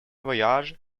voyage